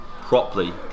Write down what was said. properly